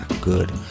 good